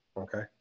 Okay